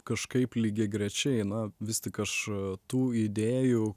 kažkaip lygiagrečiai na vis tik aš tų idėjų